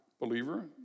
believer